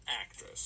actress